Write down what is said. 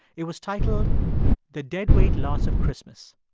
it was titled the dead weight loss of christmas.